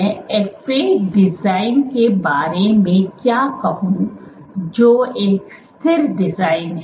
मैं FA design के बारे में क्या कहूं जो एक स्थिर डिजाइन हैं